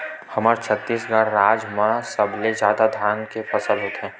हमर छत्तीसगढ़ राज म सबले जादा धान के फसल होथे